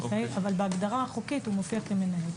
אבל בהגדרה החוקית הוא מופיע כמנהל.